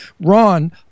Ron